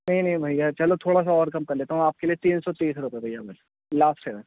نہیں نہیں بھیا چلو تھوڑا سا اور کم کر لیتا ہوں آپ کے لیے تین سو تیس روپئے بھیا بس لاسٹ ہے بھائی